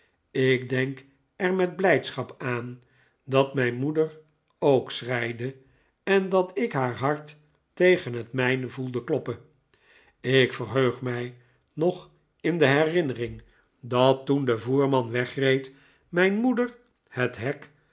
ik denk er met blijdschap aan dat mijn moeder ook schreide en ik haar hart tegen het mijne voelde kloppen ik verheug mij nog in de herinnering dat toen de voerman wegreed mijn moeder het hek